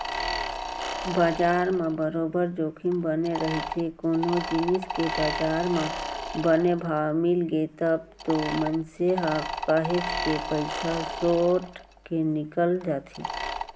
बजार म बरोबर जोखिम बने रहिथे कोनो जिनिस के बजार म बने भाव मिलगे तब तो मनसे ह काहेच के पइसा सोट के निकल जाथे